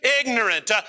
ignorant